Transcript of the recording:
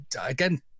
Again